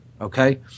Okay